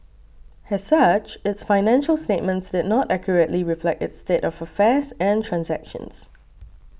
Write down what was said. as such its financial statements did not accurately reflect its state of affairs and transactions